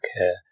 care